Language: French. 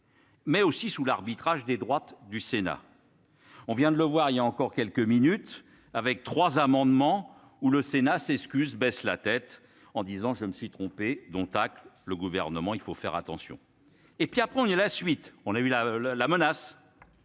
mais aussi sous l'arbitrage des droites du Sénat, on vient de le voir il y a encore quelques minutes avec 3 amendements ou le Sénat s'excuse, baisse la tête en disant : je me suis trompé dont tac le gouvernement, il faut faire attention et puis après on est la suite, on a eu la la